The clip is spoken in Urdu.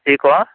جی کون